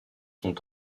sont